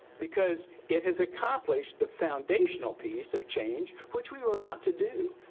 because it has accomplished the foundational piece of change which we were out to do.